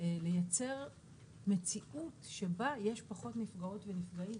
לייצר מציאות שבה יש פחות נפגעות ונפגעים.